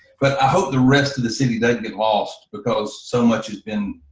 but i hope the rest of the city don't get lost because so much has been